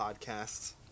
podcasts